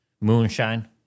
moonshine